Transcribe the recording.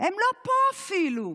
הם לא פה אפילו.